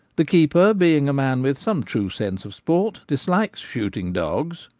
the keeper being a man with some true sense of sport, dislikes shooting dogs,